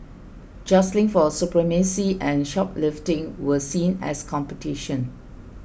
jostling for supremacy and shoplifting were seen as competition